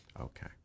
Okay